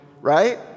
right